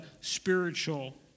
spiritual